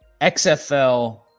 xfl